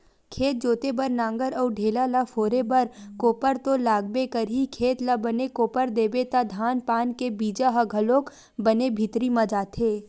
खेत जोते बर नांगर अउ ढ़ेला ल फोरे बर कोपर तो लागबे करही, खेत ल बने कोपर देबे त धान पान के बीजा ह घलोक बने भीतरी म जाथे